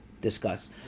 discuss